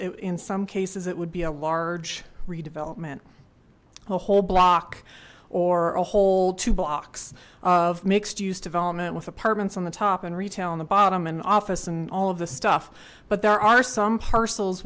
that in some cases it would be a large redevelopment a whole block or a whole two blocks of mixed use development with apartments on the top and retail on the bottom and office and all of this stuff but there are some parcels